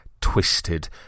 twisted